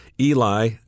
Eli